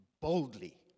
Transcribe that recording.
boldly